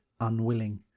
unwilling